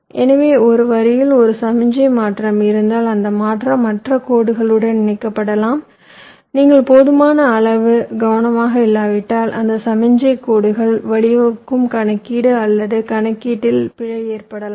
எனவே ஒரு வரியில் ஒரு சமிக்ஞை மாற்றம் இருந்தால் அந்த மாற்றம் மற்ற கோடுடன் இணைக்கப்படலாம் நீங்கள் போதுமான அளவு கவனமாக இல்லாவிட்டால் அந்த சமிக்ஞை கோடுகள் வழிவகுக்கும் கணக்கீடு அல்லது கணக்கீட்டில் பிழை ஏற்படலாம்